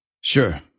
Sure